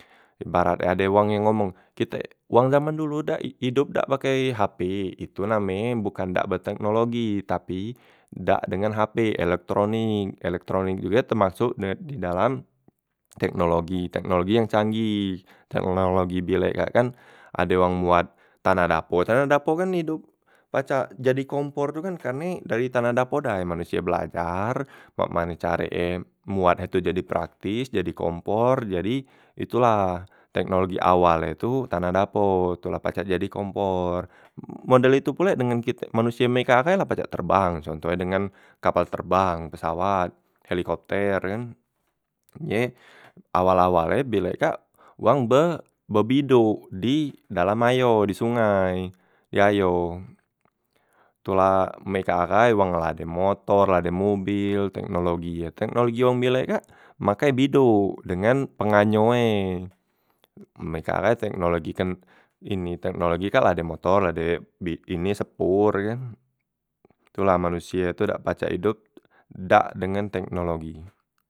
Ibarat e ada wang yang ngomong, kite wong jaman dulu dak idop dak pakai hp, itu name e bukan dak be teknologi tapi dak dengan hp elektronik, elektronik juge temasok deng di dalam teknologi, teknologi yang canggih, teknologi bilek kan ade wong mbuat tanah dapo, tanah dapo kan idop pacak jadi kompor tu kan karne dai tanah dapo day manusia belajar mak mane care e mbuat he tu jadi praktis, jadi kompor, jadi itula teknologi awal e tu tanah dapo, tula pacak jadi kompor, model itu pulek dengan kit manusie me kak ahai la pacak terbang contoh e dengan kapal terbang pesawat, helikopter kan ye awal- awal e bilek kak wang be be bidok di dalam ayo, di sungai ni di ayo tula mekak ahai wong la ade motor, la ade mobel teknologi e, teknologi wong bilek kak makek bidok dengan penganyo e m meka ahai teknologi kan ini teknologi kak la ade motor la ade ini e sepor kan, tu la manusie kak dak pacak idop dak dengan teknologi.